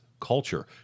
culture